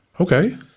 Okay